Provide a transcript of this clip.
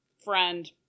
friend